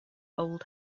old